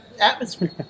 atmosphere